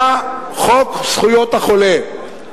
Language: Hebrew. היה חוק זכויות החולה.